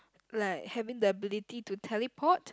like having the ability to teleport